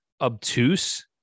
obtuse